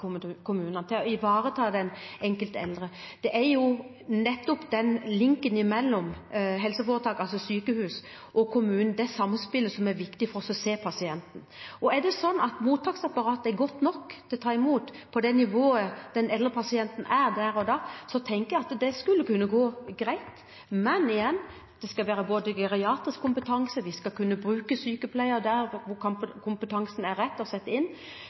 kommunene til å ivareta den enkelte eldre. Det er nettopp samspillet mellom helseforetakene, altså sykehusene og kommunene, som er viktig for å kunne se pasienten. Hvis mottaksapparatet er godt nok til å kunne ta imot den eldre, ut fra det nivået den eldre pasienten er på der og da, skulle det kunne gå greit, men igjen: Der skal være geriatrisk kompetanse, man skal kunne bruke sykepleierne der hvor det er rett å sette inn